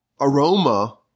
aroma